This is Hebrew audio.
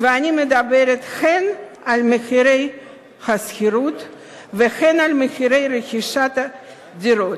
ואני מדברת הן על מחירי השכירות והן על מחירי רכישת הדירות.